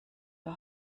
wir